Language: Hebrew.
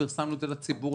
פרסמנו את זה לציבור,